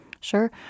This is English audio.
Sure